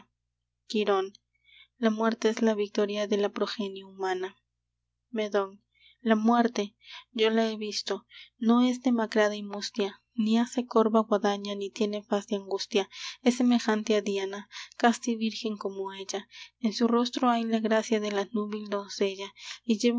quirón la muerte es la victoria de la progenie humana medón la muerte yo la he visto no es demacrada y mustia ni ase corva guadaña ni tiene faz de angustia es semejante a diana casta y virgen como ella en su rostro hay la gracia de la núbil doncella y